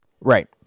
Right